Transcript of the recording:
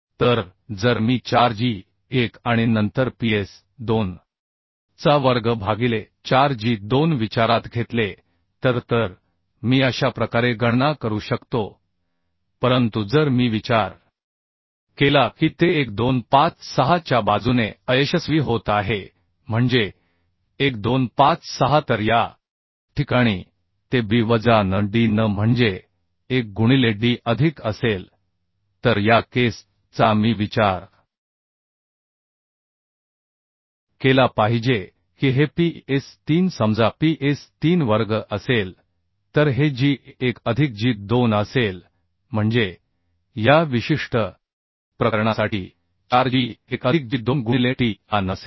तर जर मी 4 g1 आणि नंतर ps2 चा वर्ग भागिले 4 g2 विचारात घेतले तर तर मी अशा प्रकारे गणना करू शकतो परंतु जर मी विचार केला की ते 1 2 5 6 च्या बाजूने अयशस्वी होत आहे म्हणजे 1 2 5 6 तर या ठिकाणी ते b वजा n d n म्हणजे 1 गुणिले d अधिक असेल तर या केस चा मी विचार केला पाहिजे की हे p s 3 समजा p s 3 वर्ग असेल तर हे g 1 अधिक g 2 असेल म्हणजे या विशिष्ट प्रकरणासाठी 4 g 1 अधिक g 2 गुणिले t हा n असेल